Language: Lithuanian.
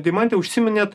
deimante užsiminėt